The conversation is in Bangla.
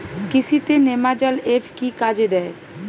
কৃষি তে নেমাজল এফ কি কাজে দেয়?